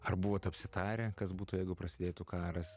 ar buvot apsitarę kas būtų jeigu prasidėtų karas